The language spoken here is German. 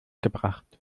gebracht